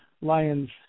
Lions